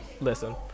listen